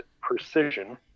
precision